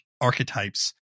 archetypes